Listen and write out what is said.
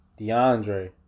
DeAndre